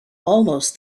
almost